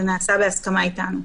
זה נעשה בהסכמה איתנו.